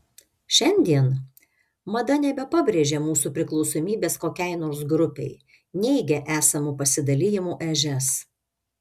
šiandien mada nebepabrėžia mūsų priklausomybės kokiai nors grupei neigia esamų pasidalijimų ežias